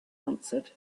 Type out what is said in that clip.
answered